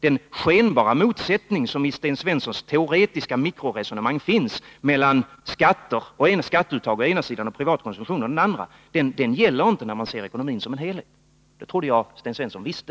Den skenbara motsättning som i Sten Svenssons teoretiska mikroresonemang finns mellan skatter å ena sidan och privat konsumtion å den andra gäller inte när man ser ekonomin som en helhet. Det trodde jag att Sten Svensson visste.